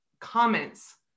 comments